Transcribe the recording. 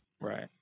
Right